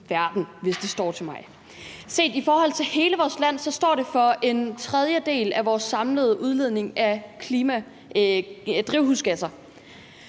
verden, hvis det står til mig. Set i forhold til hele vores land står de for en tredjedel af vores samlede udledning af drivhusgasser.